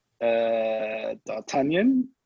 D'Artagnan